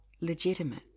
legitimate